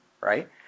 right